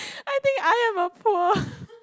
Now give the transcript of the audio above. I think I am a poor